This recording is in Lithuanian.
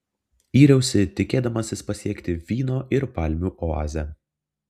yriausi tikėdamasis pasiekti vyno ir palmių oazę